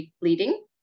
bleeding